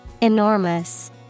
Enormous